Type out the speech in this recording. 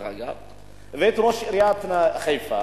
ולראש עיריית חיפה,